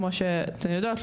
כמו שאתן יודעות,